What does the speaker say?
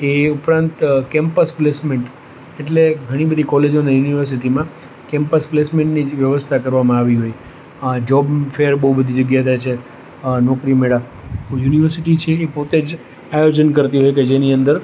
એ ઉપરાંત campus placement એટલે ઘણી બધી કોલેજો અને યુનિવર્સિટીઓમાં કેમ્પસ પ્લેસમેન્ટની વ્યવસ્થા કરવામાં આવી હોય જોબ ફેર બહુ બધી જગ્યાએ થાય છે નોકરી મેળા યુનિવર્સિટી છે પોતે જ આયોજન કરતી હોય કે જેની અંદર